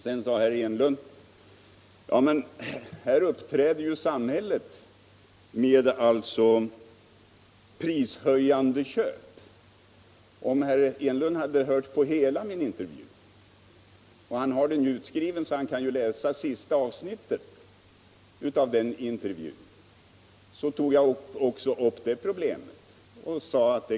Sedan sade herr Enlund att här uppträder ju samhället med prishöjande köp. Om herr Enlund hade hört på hela intervjun med mig — och han har den ju utskriven, så han kan läsa sista avsnittet av intervjun — skulle han ha funnit att jag tog upp också dessa problem.